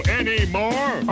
anymore